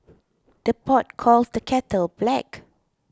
the pot calls the kettle black